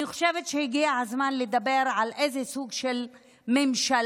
אני חושבת שהגיע הזמן לדבר על איזה סוג של ממשלה,